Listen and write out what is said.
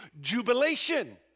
Jubilation